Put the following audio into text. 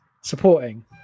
supporting